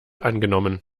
angenommen